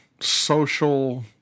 social